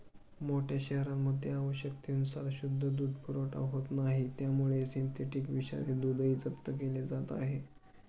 मोठ्या शहरांमध्ये आवश्यकतेनुसार शुद्ध दूध पुरवठा होत नाही त्यामुळे सिंथेटिक विषारी दूधही जप्त केले जात आहे